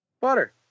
Butter